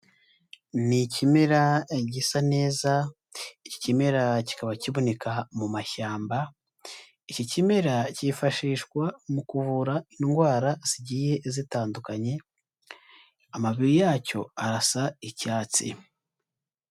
Ni ikimera gisa neza, iki kimera kikaba kiboneka mu mashyamba, iki kimera cyifashishwa mu kuvura indwara zigiye zitandukanye, amabiri yacyo arasa icyatsi.